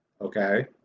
Okay